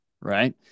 right